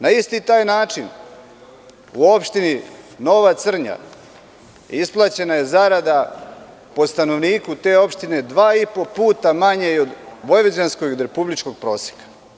Na isti taj način u opštini Nova Crnja isplaćena je zarada po stanovniku te opštine dva i po puta manje i od vojvođanskog i od republičkog proseka.